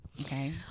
Okay